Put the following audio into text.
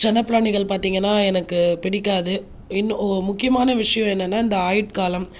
செல்லப்பிராணிகள் பார்த்தீங்கன்னா எனக்கு பிடிக்காது இன்னும் முக்கியமான விஷயம் என்னென்னா அந்த ஆயுட்காலம்